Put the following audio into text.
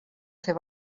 fer